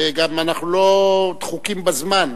ואנחנו גם לא דחוקים בזמן.